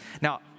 Now